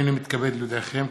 הינני מתכבד להודיעכם,